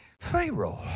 Pharaoh